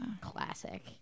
Classic